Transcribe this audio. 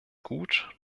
gut